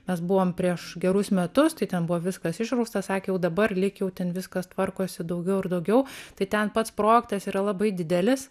mes buvom prieš gerus metus tai ten buvo viskas išrausta sakė jau dabar lyg jau ten viskas tvarkosi daugiau ir daugiau tai ten pats projektas yra labai didelis